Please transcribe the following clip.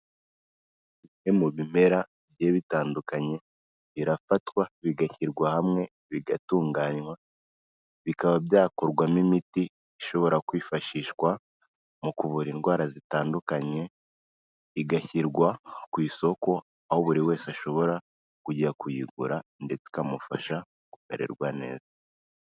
Bimwe mu bimera bigiye bitandukanye, birafatwa bigashyirwa hamwe bigatunganywa, bikaba byakorwamo imiti ishobora kwifashishwa mu kuvura indwara zitandukanye, igashyirwa ku isoko aho buri wese ashobora kujya kuyigura ndetse ikamufasha kumererwa neza.